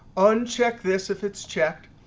uncheck this if it's checked.